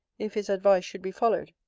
if his advice should be followed.